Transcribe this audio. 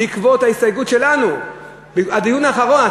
בעקבות ההסתייגות שלנו בדיון האחרון.